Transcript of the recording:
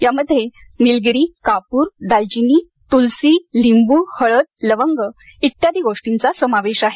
यामध्ये निलगिरी कापूर दालचिनी तुलसी लिंबू हळद लवंग इत्यादी गोष्टींचा समावेश आहे